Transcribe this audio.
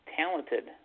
talented